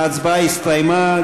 ההצבעה הסתיימה.